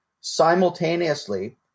simultaneously